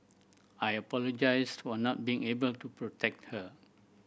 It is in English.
I apologised for not being able to protect her